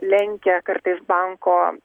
lenkia kartais banko